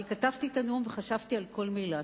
אני כתבתי את הנאום וחשבתי על כל מלה,